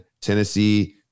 Tennessee